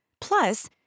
Plus